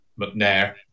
McNair